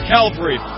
Calvary